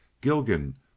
Gilgan